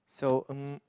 so mm